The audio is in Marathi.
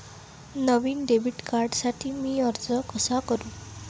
नवीन डेबिट कार्डसाठी मी अर्ज कसा करू?